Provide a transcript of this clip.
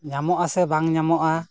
ᱧᱟᱢᱚᱜ ᱟᱥᱮ ᱵᱟᱝ ᱧᱟᱢᱚᱜᱼᱟ